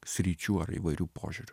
sričių ar įvairių požiūrių